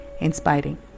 Inspiring